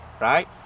Right